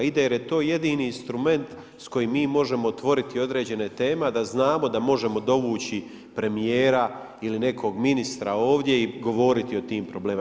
Ide jer je to jedini instrument s kojim mi možemo otvoriti određene teme, a da znamo da možemo dovući premijera ili nekog ministra ovdje i govoriti o tim problemima.